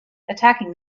attacking